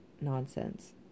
nonsense